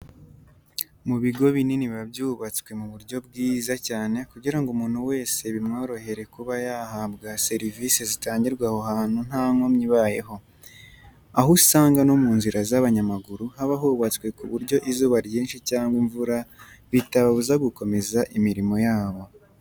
Mu bigo binini biba byubatswe mu buryo bwiza cyane kugirango umuntu wese bimworohere kuba yahabwa serivise zitangirwa aho hantu nta nkomyi ibayeho. Aho usanga no munzira z'abanyamaguru haba hubatswe kuburyo izuba ryinshi cyangwa imvura bitababuza gukomeza imirimo yabo.